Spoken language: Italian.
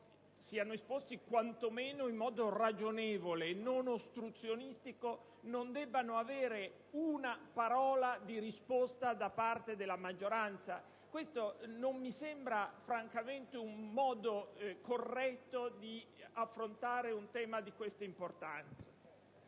siano esposti quanto meno in modo ragionevole e non ostruzionistico non debbano avere una parola di risposta da parte della maggioranza? Questo, francamente, non mi sembra un modo corretto di affrontare un tema di questa delicatezza